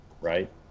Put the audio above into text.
right